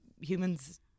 humans